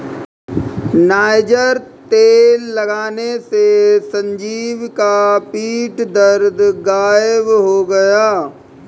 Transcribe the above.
niger तेल लगाने से संजीव का पीठ दर्द गायब हो गया